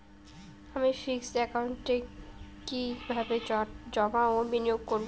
আমি ফিক্সড একাউন্টে কি কিভাবে জমা ও বিনিয়োগ করব?